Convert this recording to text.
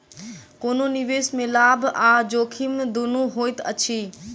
कोनो निवेश में लाभ आ जोखिम दुनू होइत अछि